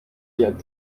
ndirimbo